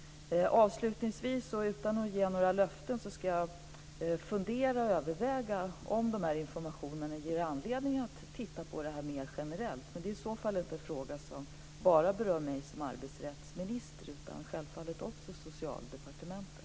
Avslutningsvis och utan att ge några löften ska jag fundera över och överväga om de informationer jag fått ger anledning att se över frågan mer generellt. Men det är inte en fråga som bara berör mig som arbetsrättsminister utan självfallet också Socialdepartementet.